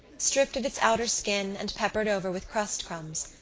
stripped of its outer skin and peppered over with crust crumbs,